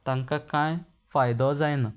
तांकां कांय फायदो जायना